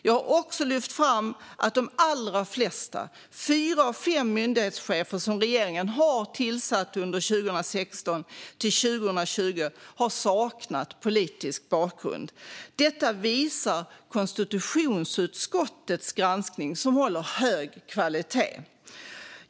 Jag har också lyft fram att de allra flesta, fyra av fem, myndighetschefer som regeringen har tillsatt under 2016-2020 har saknat politisk bakgrund. Detta visar konstitutionsutskottets granskning, som håller hög kvalitet.